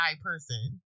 person